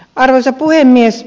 arvoisa puhemies